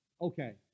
okay